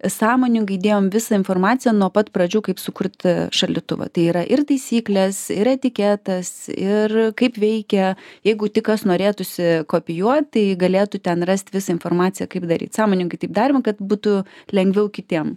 sąmoningai dėjom visą informaciją nuo pat pradžių kaip sukurt šaldytuvą tai yra ir taisyklės ir etiketas ir kaip veikia jeigu tik kas norėtųsi kopijuot tai galėtų ten rast visą informaciją kaip daryt sąmoningai taip darėme kad būtų lengviau kitiem